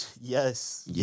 yes